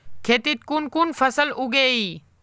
खेतीत कुन कुन फसल उगेई?